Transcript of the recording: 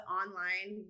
online